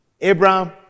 Abraham